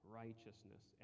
righteousness